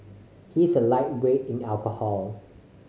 he is a lightweight in alcohol